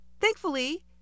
Thankfully